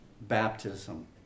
baptism